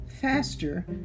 faster